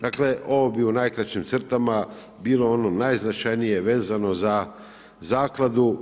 Dakle, ovo bi u najkraćim crtama bilo ono najznačajnije vezano za Zakladu.